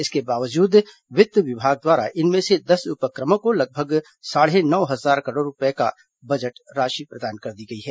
इसके बावजूद वित्त विभाग द्वारा इनमें से दस उपक्रमों को लगभग साढ़े नौ हजार करोड़ रूपये की बजट राशि प्रदान कर दी गई है